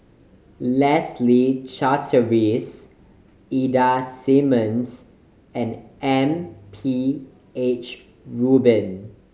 Leslie Charteris Ida Simmons and M P H Rubin